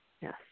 yes